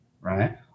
right